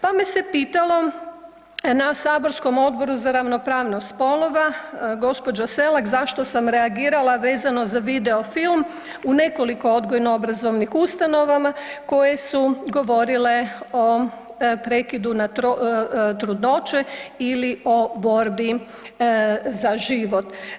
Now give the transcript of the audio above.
Pa me se pitalo na saborskom Odboru za ravnopravnost spolova gđa. Selak zašto sam reagirala vezano za video film u nekoliko odgojno obrazovnih ustanovama koje su govorile o prekidu trudnoće ili o borbi za život.